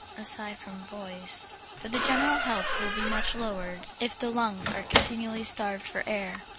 aside from voice, for the general health will be much lowered if the lungs are continually starved for air.